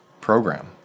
program